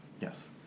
Yes